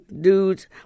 dudes